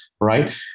right